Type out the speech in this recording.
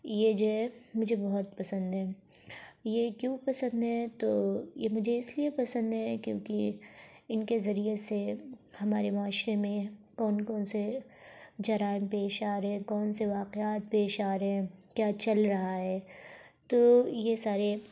یہ جو ہے مجھے بہت پسند ہے یہ کیوں پسند ہے تو یہ مجھے اس لیے پسند ہے کیونکہ ان کے ذریعے سے ہمارے معاشرے میں کون کون سے جرائم پیش آ رہے ہیں کون سے واقعات پیش آ رہے ہیں کیا چل رہا ہے تو یہ سارے